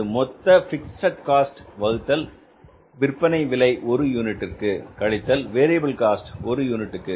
அது மொத்த fixed cost வகுத்தல் விற்பனை விலை ஒரு யூனிட்டிற்கு கழித்தல் வேரியபில் காஸ்ட் ஒரு யூனிட்டுக்கு